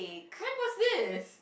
when was this